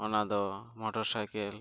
ᱚᱱᱟᱫᱚ